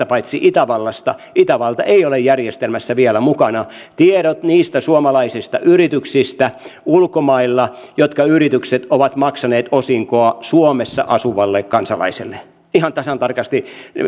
paitsi itävallasta itävalta ei ole järjestelmässä vielä mukana tiedot niistä suomalaisista yrityksistä ulkomailla jotka ovat maksaneet osinkoa suomessa asuvalle kansalaiselle ihan tasan tarkasti